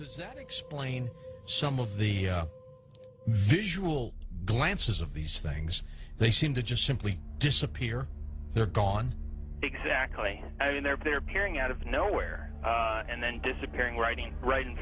does that explain some of the visual glances of these things they seem to just simply disappear they're gone exactly i mean they're there peering out of nowhere and then disappearing writing right in